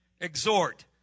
exhort